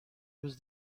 روز